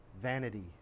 Vanity